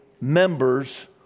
members